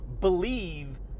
believe